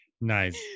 nice